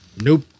Nope